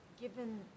given